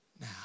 now